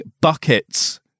buckets